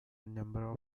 number